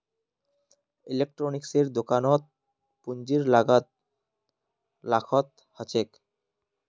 इलेक्ट्रॉनिक्सेर दुकानत पूंजीर लागत लाखत ह छेक